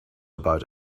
about